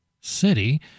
city